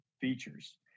features